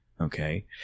Okay